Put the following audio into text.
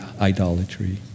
idolatry